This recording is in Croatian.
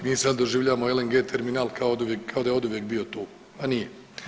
Mi sad doživljavamo LNG terminal kao da je oduvijek bio tu, a nije.